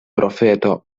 profeto